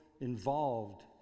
involved